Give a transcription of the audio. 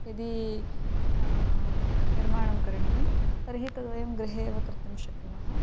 यदि निर्माणं करणीयं तर्हि तद्वयं गृहे एव कर्तुं शक्नुमः